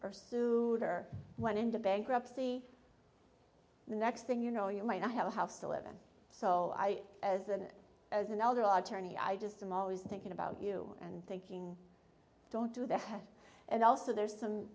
or sued or went into bankruptcy the next thing you know you might not have a house to live in so i as an as an elder law attorney i just i'm always thinking about you and thinking don't do that and also there's some